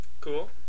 cool